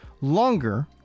longer